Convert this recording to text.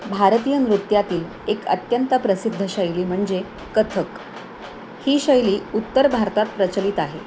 भारतीय नृत्यातील एक अत्यंत प्रसिद्ध शैली म्हणजे कथक ही शैली उत्तर भारतात प्रचलित आहे